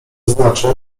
znaczy